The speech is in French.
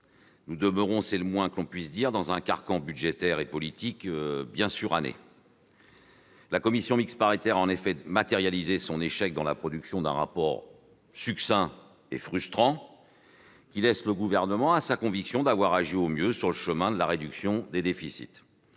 nous demeurons- c'est le moins que l'on puisse dire -dans un carcan budgétaire et politique bien suranné. La commission mixte paritaire a en effet matérialisé son échec dans la production d'un rapport succinct et frustrant, qui laisse le Gouvernement à sa conviction d'avoir agi au mieux sur le chemin de la réduction des déficits.